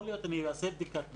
אני אעשה בדיקה,